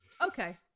okay